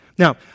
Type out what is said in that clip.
Now